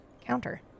counter